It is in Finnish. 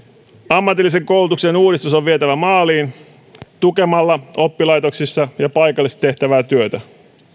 ammatillisen koulutuksen uudistus on vietävä maaliin tukemalla oppilaitoksissa ja paikallisesti tehtävää työtä